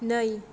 नै